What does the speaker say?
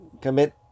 commit